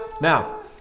Now